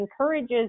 encourages